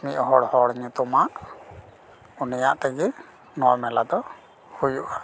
ᱢᱤᱫ ᱦᱚᱲ ᱦᱚᱲ ᱧᱩᱛᱩᱢᱟᱱ ᱩᱱᱤᱭᱟᱜ ᱛᱮᱜᱮ ᱱᱚᱣᱟ ᱢᱮᱞᱟ ᱫᱚ ᱦᱩᱭᱩᱜᱼᱟ